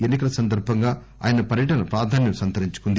ఎన్ని కల సందర్భంగా ఆయన పర్యటన ప్రాధాన్యం సంతరించుకుంది